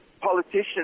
politicians